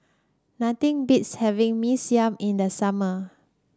nothing beats having Mee Siam in the summer